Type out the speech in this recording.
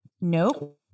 nope